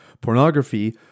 pornography